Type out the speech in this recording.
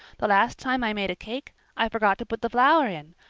the last time i made a cake i forgot to put the flour in.